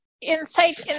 insight